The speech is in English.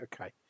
Okay